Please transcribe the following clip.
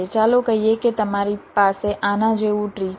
ચાલો કહીએ કે તમારી પાસે આના જેવું ટ્રી છે